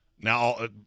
Now